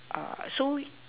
uh so